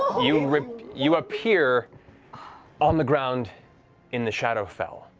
you you appear on the ground in the shadowfell,